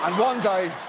um one day,